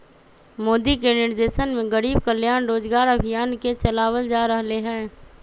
मोदी के निर्देशन में गरीब कल्याण रोजगार अभियान के चलावल जा रहले है